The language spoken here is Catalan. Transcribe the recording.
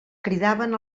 cridaven